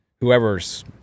whoever's